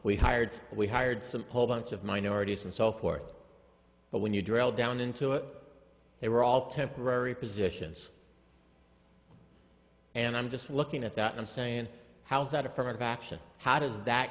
we hired we hired some whole bunch of minorities and so forth but when you drill down into it they were all temporary positions and i'm just looking at that and saying how is that affirmative action how does that